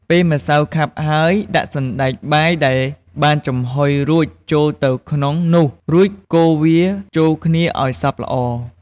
ពេលម្សៅខាប់ហើយ ដាក់សណ្ដែកបាយដែលបានចំហុយរួចចូលទៅក្នុងនោះ រួចកូរវាចូលគ្នាឲ្យសព្វល្អ។